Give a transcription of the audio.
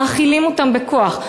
מאכילים אותן בכוח,